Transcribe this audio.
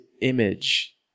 image